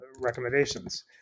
recommendations